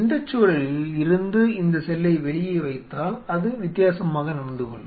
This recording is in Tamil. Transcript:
இந்தச் சூழலில் இருந்து இந்த செல்லை வெளியே வைத்தால் அது வித்தியாசமாக நடந்து கொள்ளும்